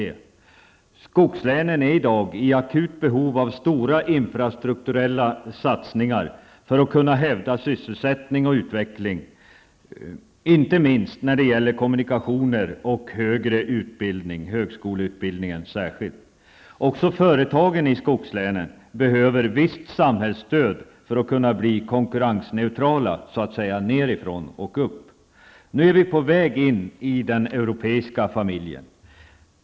Skogslänen är i dag i akut behov av stora infrastrukturella satsningar för att kunna hävda sysselsättning och utveckling, inte minst när det gäller kommunikationer och högre utbildning, särskilt högskoleutbildning. Också företagen i skogslänen behöver visst samhällsstöd för att så att säga kunna bli konkurrensneutrala nedifrån och upp. Nu är vi på väg in i den europeiska familjen.